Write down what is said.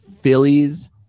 Phillies